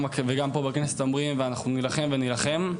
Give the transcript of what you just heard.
פה בכנסת אומרים ואנחנו נלחם ונלחם,